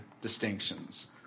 distinctions